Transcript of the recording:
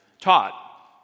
taught